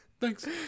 Thanks